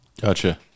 Gotcha